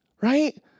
right